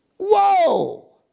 Whoa